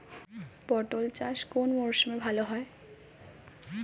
পটল চাষ কোন মরশুমে ভাল হয়?